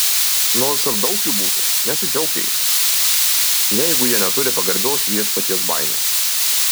nors ir daug jų būtų nesidžiauk jais jeigu jie neturi pagarbios viešpaties baimės